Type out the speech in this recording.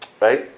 Right